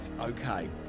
okay